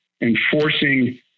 enforcing